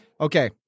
okay